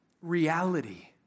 reality